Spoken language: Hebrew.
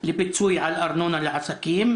לפיצוי על ארנונה לעסקים,